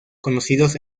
conocidos